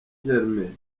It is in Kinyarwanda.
germain